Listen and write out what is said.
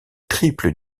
triple